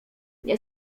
nie